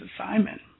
assignment